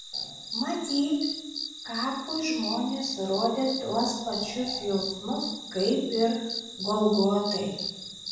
matyt kapui žmonės rodė tuos pačius jausmus kaip ir golgotai